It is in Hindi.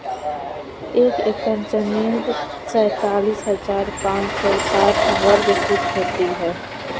एक एकड़ जमीन तैंतालीस हजार पांच सौ साठ वर्ग फुट होती है